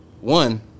one